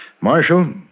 Marshal